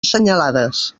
assenyalades